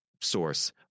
source